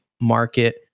market